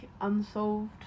unsolved